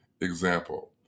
Example